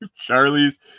Charlie's